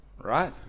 Right